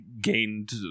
gained